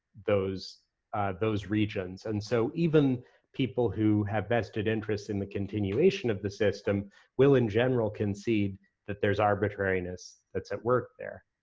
those those regions. and so even people who have vested interest in the continuation of the system will in general concede that there's arbitrariness that's at work there.